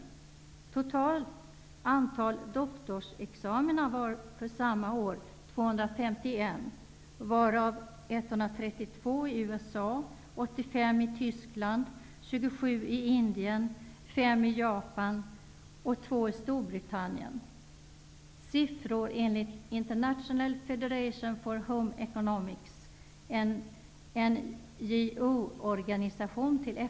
Det totala antalet doktorsexamina var för samma år 251, varav 132 i USA, 85 i Tyskland, 27 i Indien, 5 i Japan och 2 i Storbritannien. Dessa siffror kommer från International Federation for Home Economics, en non-governmental organization till FN.